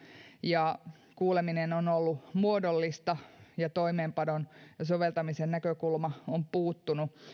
ja kuuleminen on ollut muodollista ja toimeenpanon ja soveltamisen näkökulma on puuttunut